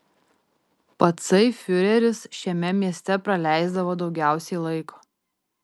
patsai fiureris šiame mieste praleisdavo daugiausiai laiko